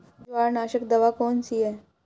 जवार नाशक दवा कौन सी है?